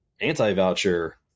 anti-voucher